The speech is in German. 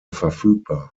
verfügbar